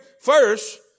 First